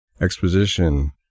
Exposition